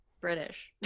British